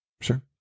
sure